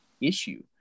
issue